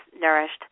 nourished